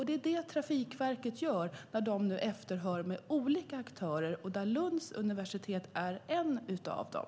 Det är vad Trafikverket gör när man efterhör olika aktörer. Lunds universitet är en av dem.